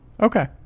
Okay